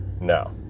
No